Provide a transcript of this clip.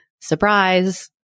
Surprise